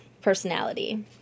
personality